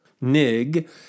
Nig